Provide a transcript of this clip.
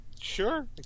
sure